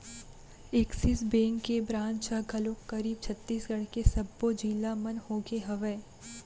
Axis bank के branch ह घलोक करीब छत्तीसगढ़ के सब्बो जिला मन होगे हवय